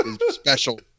special